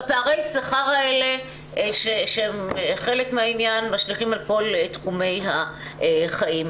ופערי השכר האלה שהם חלק מהעניין משליכים על כל תחומי החיים.